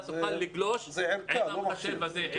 אתה תוכל לגלוש עם המחשב הזה.